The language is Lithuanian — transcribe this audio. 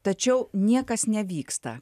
tačiau niekas nevyksta